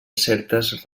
certes